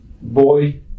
boy